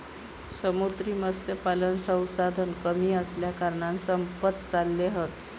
समुद्री मत्स्यपालन संसाधन कमी असल्याकारणान संपत चालले हत